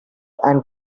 and